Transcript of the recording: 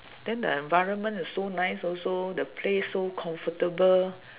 then the environment is so nice also the place so comfortable